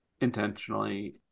intentionally